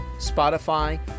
Spotify